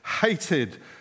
hated